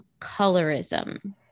colorism